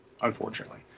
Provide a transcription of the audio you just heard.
unfortunately